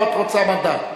התשע"ב 2011,